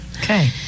Okay